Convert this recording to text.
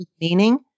meaning